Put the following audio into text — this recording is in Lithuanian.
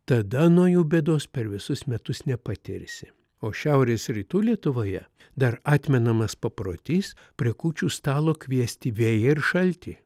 tada nuo jų bėdos per visus metus nepatirsi o šiaurės rytų lietuvoje dar atmenamas paprotys prie kūčių stalo kviesti vėją ir šaltį